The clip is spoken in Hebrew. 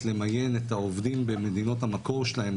למיין את העובדים במדינות המקור שלהם,